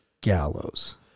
gallows